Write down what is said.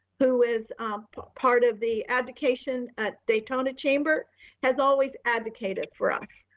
who is part of the advocation at daytona chamber has always advocated for us.